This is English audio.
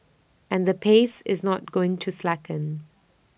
and the pace is not going to slacken